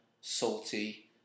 salty